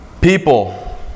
People